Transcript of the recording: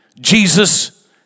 Jesus